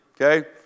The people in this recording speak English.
okay